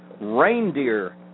reindeer